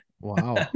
Wow